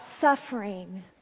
suffering